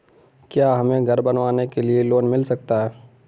क्या हमें घर बनवाने के लिए लोन मिल सकता है?